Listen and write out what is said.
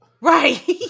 Right